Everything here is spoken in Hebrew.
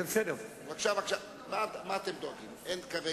זאת אומרת, הוא, היו לו עשר דקות בפעם הקודמת, 15